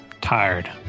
Tired